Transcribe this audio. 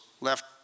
left